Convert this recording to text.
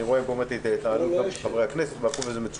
אני רואה את ההתנהגות של חברי הכנסת וזה מצוין.